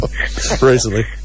recently